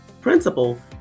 principal